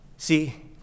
See